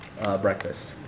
breakfast